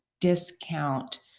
discount